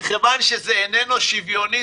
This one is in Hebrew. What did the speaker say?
מכיוון שזה לא שוויוני,